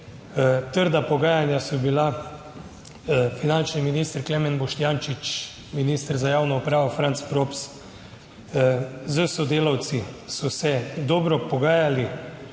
Trda pogajanja so bila. Finančni minister Klemen Boštjančič, minister za javno upravo mag. Franc Props s sodelavci so se dobro pogajali,